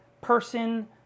person